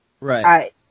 Right